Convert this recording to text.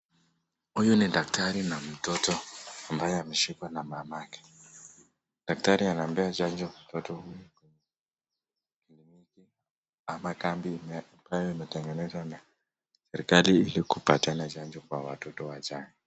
Huyu ni daktari na mtoto ambaye ameshikwa na mamake, daktari anampea chanjo mtoto huyu ambayo imetengenezwa na serikali ili kupatiana chanjo kwa watoto wajanga.